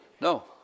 No